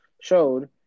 showed